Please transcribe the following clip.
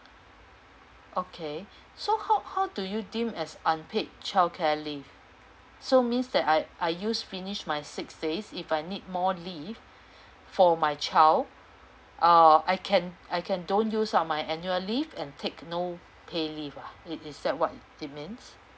okay so how how do you deem as unpaid childcare leave so means that I I use finish my six days if I need more leave for my child uh I can I can don't use up my annual leave and take no pay leave ah it is that what it means